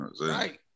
Right